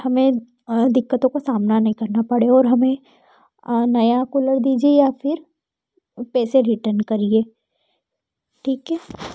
हमें दिक्कतों को सामना नहीं करना पड़े और हमें और नया कूलर दीजिए या फिर पैसे रिटर्न करिए ठीक है